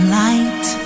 light